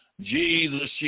Jesus